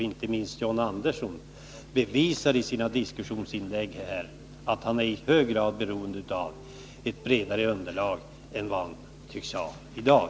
Inte minst John Anderssons diskussionsinlägg här bevisar att han är i hög grad beroende av ett bredare underlag än han tycks ha i dag.